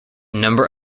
number